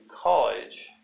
college